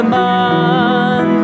man